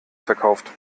verkauft